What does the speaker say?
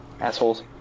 Assholes